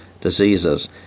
diseases